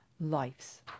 lives